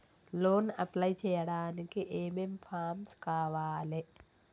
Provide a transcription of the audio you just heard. Loan apply చేయడానికి ఏం ఏం ఫామ్స్ కావాలే?